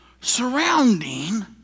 surrounding